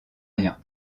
rien